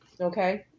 okay